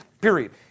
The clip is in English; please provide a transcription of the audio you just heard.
Period